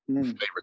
favorite